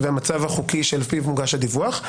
והמצב החוקי שלפיו מוגש הדיווח.